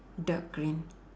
dark green